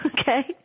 Okay